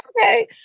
Okay